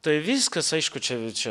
tai viskas aišku čia v čia